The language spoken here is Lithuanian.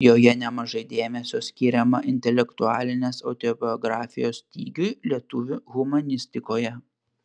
joje nemažai dėmesio skiriama intelektualinės autobiografijos stygiui lietuvių humanistikoje